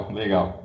legal